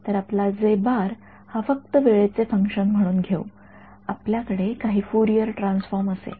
तर आपला हा फक्त वेळेचे फंक्शन म्हणून घेऊ आपल्याकडे काही फुरियर ट्रान्सफॉर्म असेल